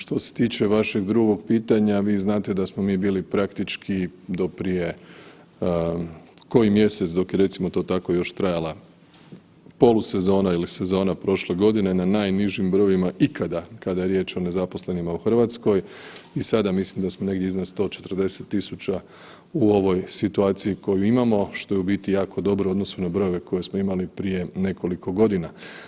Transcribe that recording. Što se tiče vašeg drugog pitanja, vi znate da smo mi bili praktički do prije koji mjesec dok je recimo to tako, još trajala polusezona ili sezona prošle godine na najnižim brojevima ikada kada je riječ o nezaposlenima u Hrvatskoj i sada mislim da smo negdje iznad 140 tisuća u ovoj situaciji koju imamo, što je u biti jako dobro u odnosu na brojeve koje smo imali prije nekoliko godina.